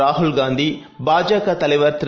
Rahul Gandhi பாஜகதலைவர்திரு